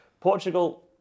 Portugal